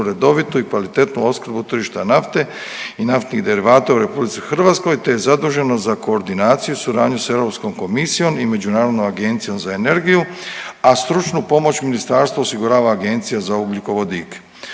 redovitu i kvalitetnu opskrbu tržišta nafte i naftnih derivata u RH te je zaduženo za koordinaciju, suradnju se Europskom komisijom i Međunarodnom agencijom za energiju, a stručnu pomoć ministarstvu osigurava Agencija za ugljikovodike.